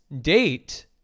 date